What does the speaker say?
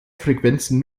frequenzen